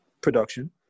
production